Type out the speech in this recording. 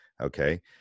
okay